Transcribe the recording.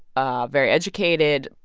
ah very educated,